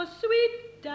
sweet